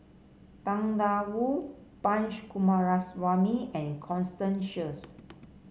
Tang Da Wu Coomaraswamy and Constance Sheares